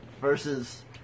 versus